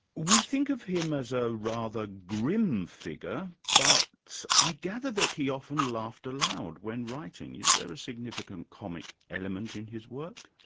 we think of him as a rather grim figure but i gather that he often laughed aloud when writing. is there a significant comic element in his work?